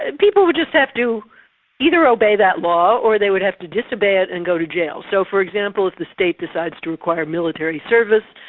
and people would just have to either obey that law or they would have to disobey it and go to jail. so for example if the state decides to require military service,